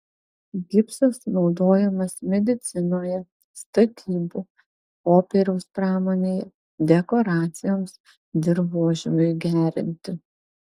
gipsas naudojamas medicinoje statybų popieriaus pramonėje dekoracijoms dirvožemiui gerinti